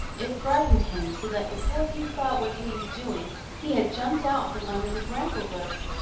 it frightened him so that before he thought what he was doing he had jumped out from under the bramble-bush.